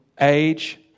Age